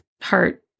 heart